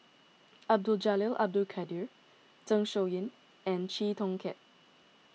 Abdul Jalil Abdul Kadir Zeng Shouyin and Chee Kong Tet